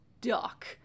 duck